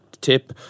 tip